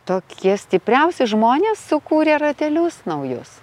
tokie stipriausi žmonės sukūrė ratelius naujus